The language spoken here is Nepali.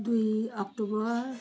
दुई अक्टोबर